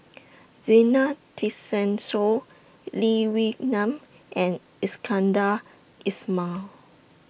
Zena Tessensohn Lee Wee Nam and Iskandar Ismail